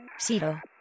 Zero